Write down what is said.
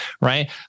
Right